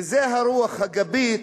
וזו הרוח הגבית